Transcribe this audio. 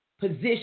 position